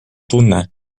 tunne